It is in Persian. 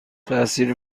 تاثیر